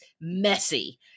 messy